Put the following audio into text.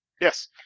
Yes